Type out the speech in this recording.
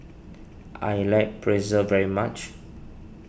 I like Pretzel very much